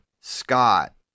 Scott